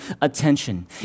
attention